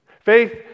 Faith